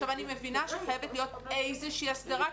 אני מבינה שחייבת להיות איזושהי הסדרה,